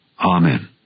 Amen